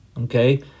Okay